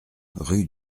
rue